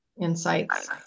insights